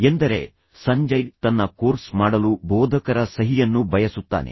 ಎಂದರೆ ಸಂಜಯ್ ತನ್ನ ಕೋರ್ಸ್ ಮಾಡಲು ಬೋಧಕರ ಸಹಿಯನ್ನು ಬಯಸುತ್ತಾನೆ